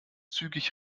zügig